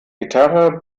gitarre